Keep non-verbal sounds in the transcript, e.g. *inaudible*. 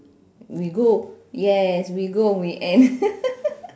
we go yes we go weekend *laughs*